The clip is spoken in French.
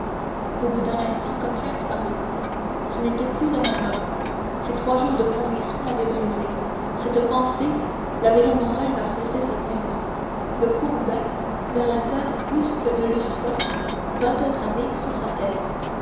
au bout d'un instant coclès parut ce n'était plus le même homme ces trois jours de conviction l'avaient brisé cette pensée la maison morrel va cesser ses paiements le courbait vers la terre plus que ne l'eussent fait vingt autres années sur sa tête